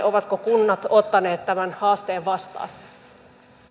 ovatko kunnat ottaneet tämän haasteen vastaan